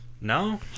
No